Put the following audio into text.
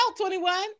21